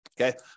Okay